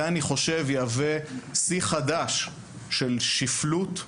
זה אני חושב יהווה שיא חדש של שפלות.